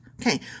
Okay